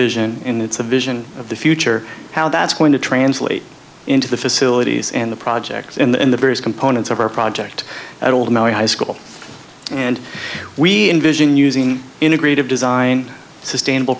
vision and it's a vision of the future how that's going to translate into the facilities and the projects and the various components of our project at oldham our high school and we envision using integrated design sustainable